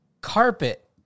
Carpet